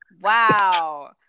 Wow